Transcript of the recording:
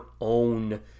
own